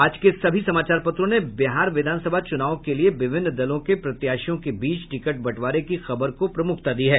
आज के सभी समाचार पत्रों ने बिहार विधान सभा चुनाव के लिए विभिन्न दलों के प्रत्याशियों के बीच टिकट बंटवारे की खबर को प्रमुखता दी है